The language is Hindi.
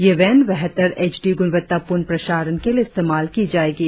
ये वैन बेहतर एच डी गुणवत्तापूर्ण प्रसारण के लिए इस्तेमाल की जाएंगी